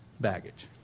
baggage